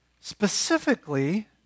specifically